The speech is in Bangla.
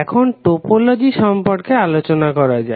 এখন টোপোলজি সম্পর্কে আলোচনা করা যাক